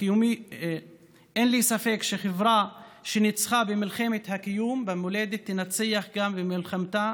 אין לי ספק שחברה שניצחה במלחמת הקיום במולדת תנצח גם במלחמתה